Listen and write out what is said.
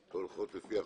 החברות הולכות לפי אחוזים.